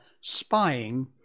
spying